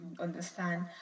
understand